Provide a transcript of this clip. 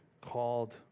called